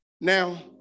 Now